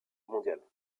mondiale